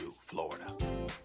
florida